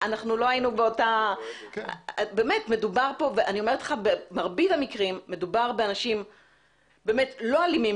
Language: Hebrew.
אני אומרת לך שבמרבית המקרים מדובר באנשים לא אלימים.